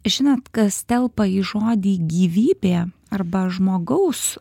žinant kas telpa į žodį gyvybė arba žmogaus